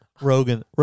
Rogan